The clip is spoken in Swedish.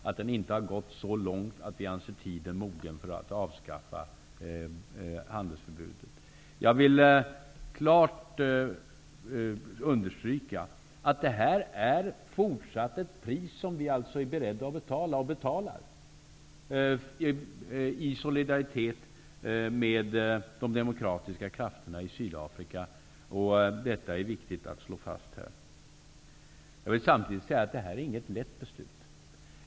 Den har inte gått så långt att vi anser tiden mogen för att avskaffa handelsförbudet. Jag vill klart understryka att det här är ett pris som vi är beredda att betala i fortsättningen i solidaritet med de demokratiska krafterna i Sydafrika. Det är viktigt att slå fast detta här. Jag vill samtidigt säga att detta är inget lätt beslut.